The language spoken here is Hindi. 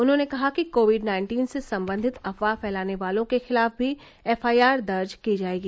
उन्होंने कहा कि कोविड नाइन्टीन से संबंधित अफवाह फैलाने वालों के खिलाफ भी एफआईआर दर्ज की जाएगी